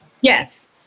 Yes